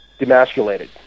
demasculated